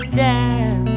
down